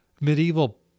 medieval